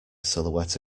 silhouette